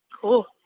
cool